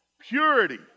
Purity